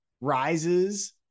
rises